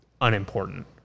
unimportant